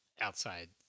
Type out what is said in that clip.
outside